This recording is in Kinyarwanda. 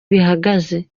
bihagaze